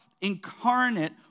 incarnate